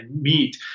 meet